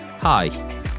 Hi